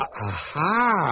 Aha